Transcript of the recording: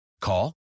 Call